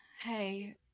Hey